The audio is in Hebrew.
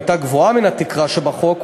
הייתה גבוהה מן התקרה שבחוק,